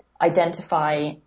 Identify